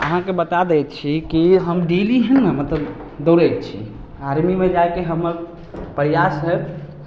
अहाँकेँ बता दै छी कि हम डेली हइ ने मतलब दौड़ै छी आर्मीमे जाइके हमर प्रयास हइ